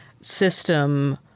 system